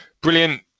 brilliant